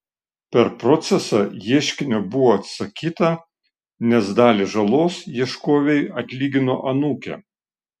per procesą ieškinio buvo atsisakyta nes dalį žalos ieškovei atlygino anūkė